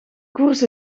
koers